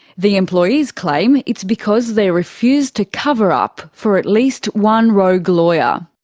the employees claim it's because they refused to cover up for at least one rogue lawyer.